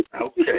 Okay